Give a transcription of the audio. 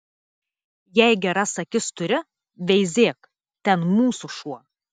jei geras akis turi veizėk ten mūsų šuo